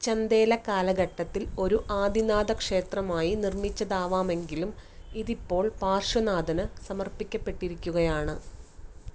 ചന്ദേലകാലഘട്ടത്തിൽ ഒരു ആദിനാഥക്ഷേത്രമായി നിർമ്മിച്ചതാവാമെങ്കിലും ഇതിപ്പോൾ പാർശ്വനാഥന് സമർപ്പിക്കപ്പെട്ടിരിക്കുകയാണ്